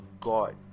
God